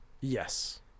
Yes